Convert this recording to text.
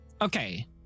Okay